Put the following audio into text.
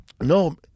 No